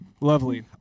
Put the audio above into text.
lovely